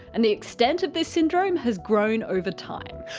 and the extent of this syndrome has grown over time.